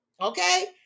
Okay